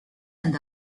and